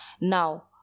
Now